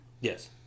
Yes